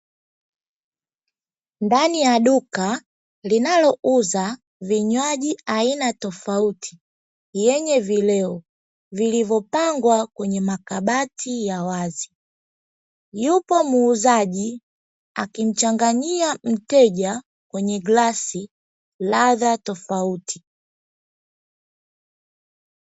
Ndani ya duka linalouza vinywaji aina tofauti yenye vileo vilivyopangwa kwenye makabati ya wazi. Yupo muuzaji akimchanganyia mteja kwenye glasi ladha tofauti.